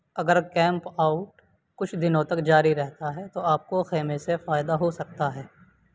اگر camp out کچھ دنوں تک جاری رہتا ہے تو آپ کو خیمے سے فائدہ ہو سکتا ہے